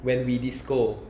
when we disco